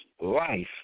life